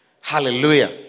Hallelujah